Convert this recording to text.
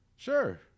Sure